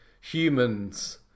humans